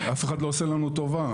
אף אחד לא עושה לנו טובה.